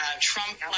Trump